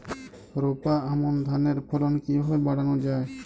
রোপা আমন ধানের ফলন কিভাবে বাড়ানো যায়?